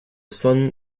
son